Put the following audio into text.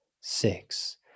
six